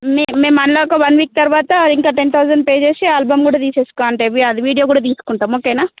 మేము మళ్ళీ ఒక వన్ వీక్ తర్వాత ఇంకా టెన్ థౌసండ్ పే చేసి ఆల్బమ్ కూడా తీసుకు అంటే అదే వీడియో కూడా తీసుకుంటాం ఓకేనా